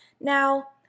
Now